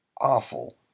awful